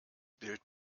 bild